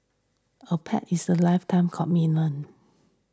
a pet is a lifetime commitment